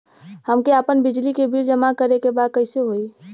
हमके आपन बिजली के बिल जमा करे के बा कैसे होई?